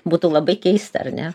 būtų labai keista ar ne